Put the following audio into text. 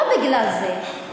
לא בגלל זה,